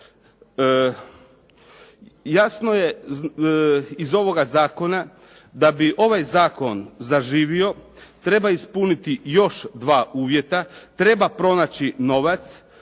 Jasno je iz ovoga zakona da bi ovaj zakon zaživio, treba ispuniti još 2 uvjeta. Treba pronaći novac.